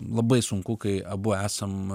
labai sunku kai abu esam